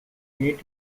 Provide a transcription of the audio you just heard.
native